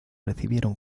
recibieron